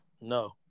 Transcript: No